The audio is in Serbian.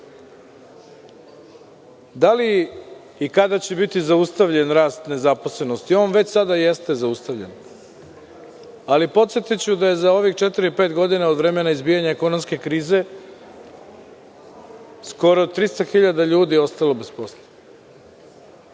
Da li i kada će biti zaustavljen rast nezaposlenosti? On sada već jeste zaustavljen, ali podsetiću da je za ovih pet godina od vremena izbijanja ekonomske krize, skoro 300 hiljada ljudi ostalo bez posla,